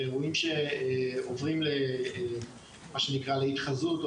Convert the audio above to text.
ואירועים שעוברים להתחזות,